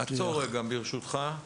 עצור רגע, ברשותך.